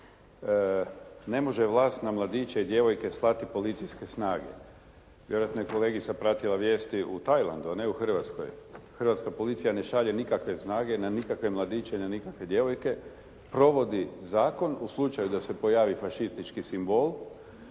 Ne može vlast na mladiće i djevojke slati policijske snage. Vjerojatno je kolegica pratila vijesti u Tajlandu a ne u Hrvatskoj. Hrvatska policija ne šalje nikakve snage na nikakve mladiće, na nikakve djevojke. Provodi zakon u slučaju da se pojavi fašistički simbol.